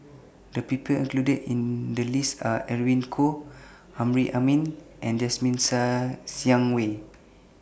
The People included in The list Are Edwin Koo Amrin Amin and Jasmine Ser Xiang Wei